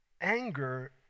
Anger